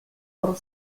por